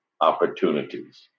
opportunities